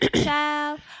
child